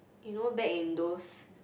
you know back in those